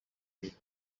with